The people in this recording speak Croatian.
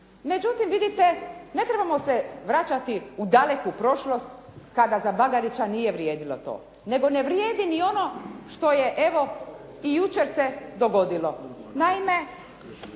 Međutim, vidite, ne trebamo se vraćati u daleku prošlost kada za Bagarića nije vrijedilo to, nego ne vrijedi ni ono što je evo, i jučer se dogodilo. Naime,